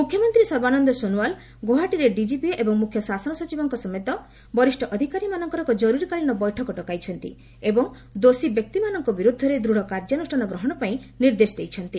ମୁଖ୍ୟମନ୍ତ୍ରୀ ସର୍ବାନନ୍ଦ ସୋନୱାଲ୍ ଗୌହାଟୀରେ ଡିକିପି ଏବଂ ମୁଖ୍ୟ ଶାସନ ସଚିବଙ୍କ ସମେତ ବରିଷ୍ଣ ଅଧିକାରୀମାନଙ୍କର ଏକ ଜରୁରୀକାଳୀନ ବୈଠକ ଡକାଇଛନ୍ତି ଏବଂ ଦୋଷୀ ବ୍ୟକ୍ତିମାନଙ୍କ ବିରୁଦ୍ଧରେ ଦୂଢ଼ କାର୍ଯ୍ୟାନୁଷ୍ଠାନ ଗ୍ରହଣପାଇଁ ନିର୍ଦ୍ଦେଶ ଦେଇଛନ୍ତି